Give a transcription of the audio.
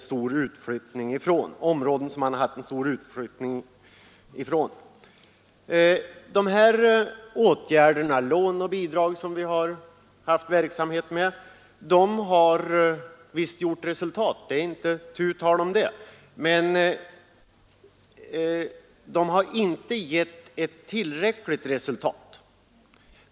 Det är också områden där utflyttningen har varit stor. Det är inte tu tal om att dessa lån och bidrag givit resultat, men dessa har inte varit tillräckliga.